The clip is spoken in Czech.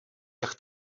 jak